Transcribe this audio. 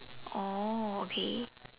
oh okay